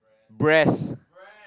breast